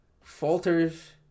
falters